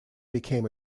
became